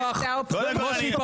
רוצה שנלך